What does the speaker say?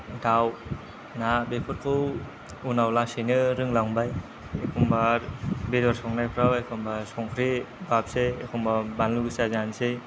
दाउ ना बेफोरखौ उनाव लासैनो रोंलांबाय एखमब्ला बेदर संनायफ्राव एखमब्ला संख्रि बाबसै एखमब्ला बानलु गोसा जानोसै